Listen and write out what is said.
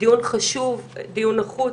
דיון חשוב, דיון נחוץ.